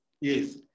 Yes